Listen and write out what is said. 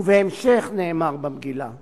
ובהמשך נאמר במגילת העצמאות: